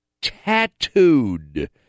tattooed